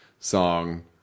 song